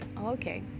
okay